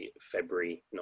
February